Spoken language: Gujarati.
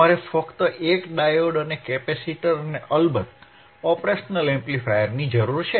તમારે ફક્ત 1 ડાયોડ અને કેપેસિટર અને અલબત્ત ઓપરેશનલ એમ્પ્લીફાયરની જરૂર છે